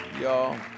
y'all